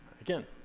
again